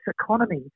economy